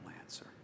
answer